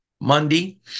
Monday